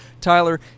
Tyler